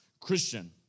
Christian